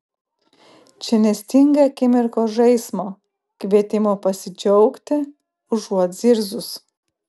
čia nestinga akimirkos žaismo kvietimo pasidžiaugti užuot zirzus